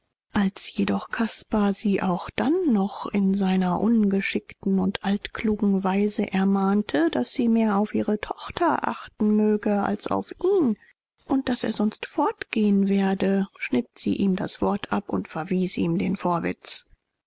als jedoch caspar sie auch dann noch in seiner ungeschickten und altklugen weise ermahnte daß sie mehr auf ihre tochter achten möge als auf ihn und daß er sonst fortgehen werde schnitt sie ihm das wort ab und verwies ihm den vorwitz